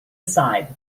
aside